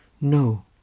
no